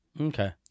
Okay